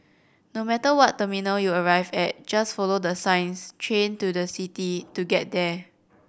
no matter what terminal you arrive at just follow the signs Train to the City to get there